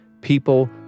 People